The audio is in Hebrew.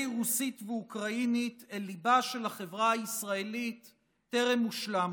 רוסית ואוקראינית אל ליבה של החברה הישראלית טרם הושלם.